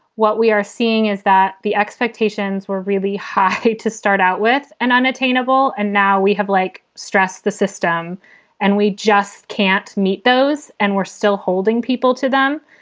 what we are seeing is that the expectations were really high to start out with an unattainable. and now we have, like, stressed the system and we just can't meet those and we're still holding people to them.